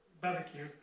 barbecue